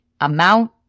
amount